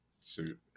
suit